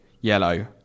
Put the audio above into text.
yellow